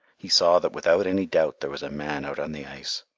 he saw that without any doubt there was a man out on the ice.